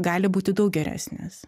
gali būti daug geresnis